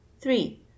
Three